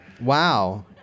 Wow